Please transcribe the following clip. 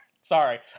Sorry